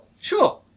sure